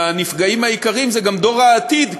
והנפגעים העיקריים הם גם דור העתיד,